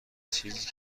چیزی